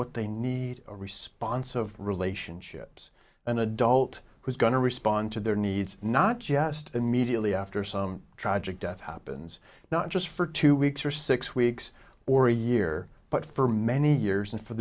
what they need a response of relationships an adult who's going to respond to their needs not just immediately after some tragic death happens not just for two weeks or six weeks or a year but for many years and for